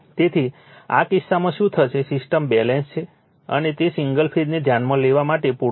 તેથી આ કિસ્સામાં શું થશે સિસ્ટમ બેલેન્સ છે અને તે સિંગલ ફેઝને ધ્યાનમાં લેવા માટે પૂરતું છે